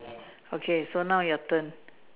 okay so now your turn